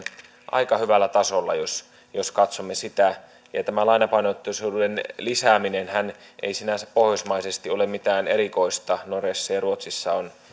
aika hyvällä tasolla jos jos katsomme sitä ja tämä lainapainotteisuuden lisääminenhän ei sinänsä pohjoismaisesti ole mitään erikoista norjassa ja ruotsissa on